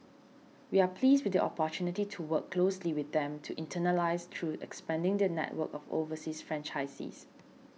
we are pleased with the opportunity to work closely with them to internationalise through expanding their network of overseas franchisees